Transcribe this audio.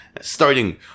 Starting